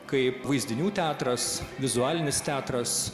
kaip vaizdinių teatras vizualinis teatras